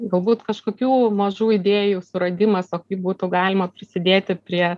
galbūt kažkokių mažų idėjų suradimas o kaip būtų galima prisidėti prie